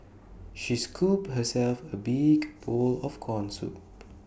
she scooped herself A big bowl of Corn Soup